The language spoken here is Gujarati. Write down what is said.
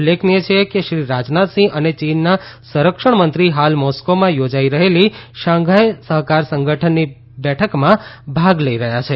ઉલ્લેખનીય છે કે શ્રી રાજનાથસિંહ અને ચીનના સંરક્ષણ મંત્રી હાલ મોસ્કોમાં યોજાઇ રહેલી શાંઘાય સહકાર સંગઠનની બેઠકમાં ભાગ લઇ રહ્યાં છે